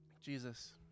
Jesus